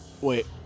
Wait